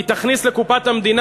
היא תכניס לקופת המדינה,